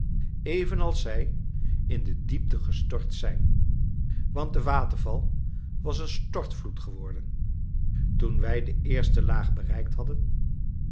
evenals zij in de diepte gestort zijn want de waterval was een stortvloed geworden toen wij de eerste laag bereikt hadden